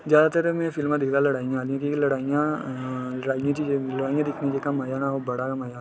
जैदातर में फिल्मां दिक्खदा लड़ाइयां आह्लियां की जे लड़ाइयां लड़ाइयें च दिक्खने दा जो मजा ना बड़ा गै मजा औंदा